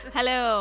Hello